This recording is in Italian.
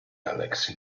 alex